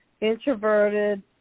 introverted